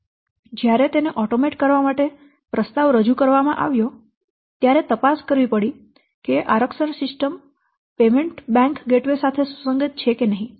જ્યારે તેને સ્વચાલિત કરવા માટે પ્રસ્તાવ રજૂ કરવામાં આવ્યો ત્યારે તપાસ કરવી પડી કે આરક્ષણ સિસ્ટમ પેમેન્ટ બેંક ગેટવે સાથે સુસંગત છે કે નહીં